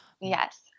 yes